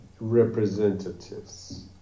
representatives